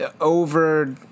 over